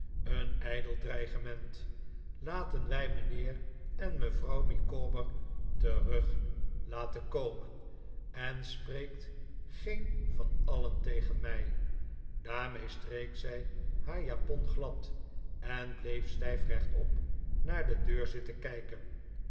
een ijdel dreigement laten wij mijnheer en mevrouw micawber ferug laten komen en spreekt geen van alien tegen mij daarmee streek zij haar japon glad en bleef stijf rechtop naar de deur zitten kijken